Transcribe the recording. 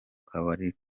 kabari